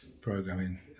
programming